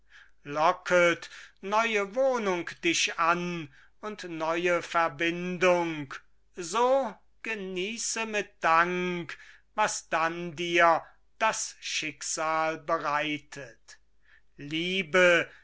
locket neue wohnung dich an und neue verbindung so genieße mit dank was dann dir das schicksal bereitet liebe